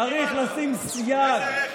צריך לשים סייג,